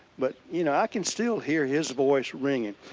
but you know i can still hear his voice ringing,